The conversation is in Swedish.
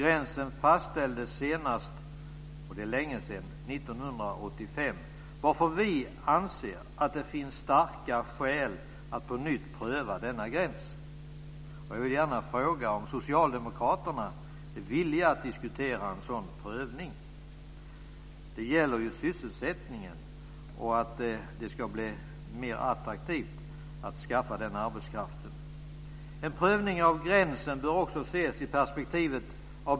Gränsen fastställdes senast, och det är länge sedan, 1985, varför vi anser att det finns starka skäl att på nytt pröva denna gräns. Jag vill gärna fråga om socialdemokraterna är villiga att diskutera en sådan prövning. Det gäller ju sysselsättningen och att det ska bli mer attraktivt att skaffa denna arbetskraft.